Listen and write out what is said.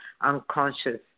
unconscious